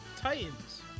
Titans